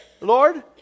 Lord